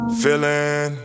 feeling